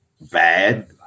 bad